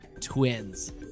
Twins